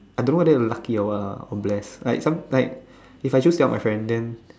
I don't whether I am lucky or what lah or bless like some like if I choose tell my friend then